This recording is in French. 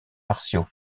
martiaux